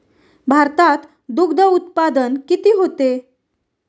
भारतात दुग्धउत्पादन किती होते?